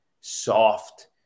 soft